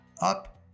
up